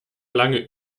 lange